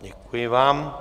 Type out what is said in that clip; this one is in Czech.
Děkuji vám.